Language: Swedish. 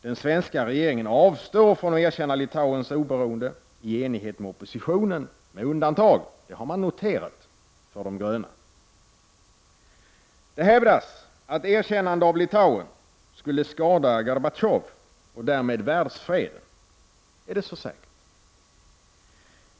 Den svenska regeringen avstår från att erkänna Litauens oberoende, i enighet med oppositionen — med undantag” — det har man noterat — ”för de gröna.” Det hävdas att ett erkännande av Litauen skulle skada Gorbatjov och därmed världsfreden. Men är det så säkert?